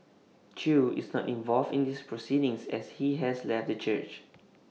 chew is not involved in these proceedings as he has left the church